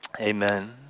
Amen